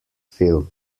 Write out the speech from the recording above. film